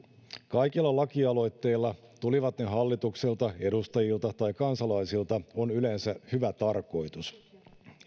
kaikilla lakialoitteilla tulivat ne hallitukselta edustajilta tai kansalaisilta on yleensä hyvä tarkoitus